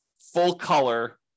full-color